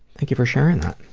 thank you for sharing that.